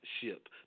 ship